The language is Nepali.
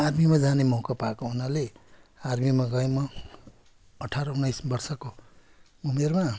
आर्मीमा जाने मौका पाएको हुनाले आर्मीमा गएँ म अठार उन्नाइस वर्षको उमेरमा